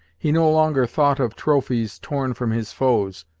he no longer thought of trophies torn from his foes,